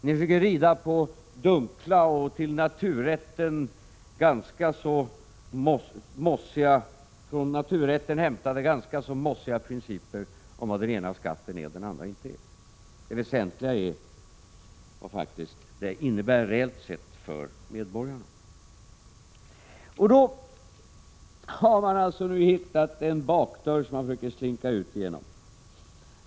Ni försöker rida på dunkla, från naturrätten hämtade och ganska så mossiga principer om vad den ena skatten är och den andra inte är. Det väsentliga är faktiskt vad skatten innebär reellt sett för medborgarna. Men de borgerliga har nu hittat en bakdörr som de försöker slinka ut igenom.